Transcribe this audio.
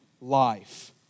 life